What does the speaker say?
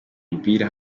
umupira